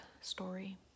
story